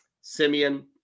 Simeon